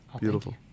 Beautiful